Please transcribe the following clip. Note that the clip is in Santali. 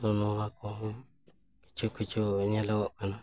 ᱱᱚᱣᱟ ᱠᱚᱦᱚᱸ ᱠᱤᱪᱷᱩ ᱠᱤᱪᱷᱩ ᱧᱮᱞᱚᱜᱚᱜ ᱠᱟᱱᱟ